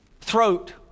throat